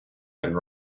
and